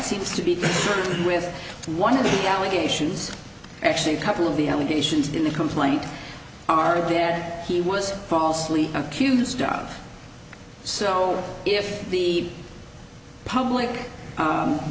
seem to be with one of the allegations actually a couple of the allegations in the complaint are that he was falsely accused of so if the public